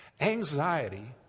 Anxiety